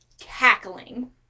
cackling